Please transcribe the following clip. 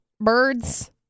birds